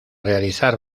realizar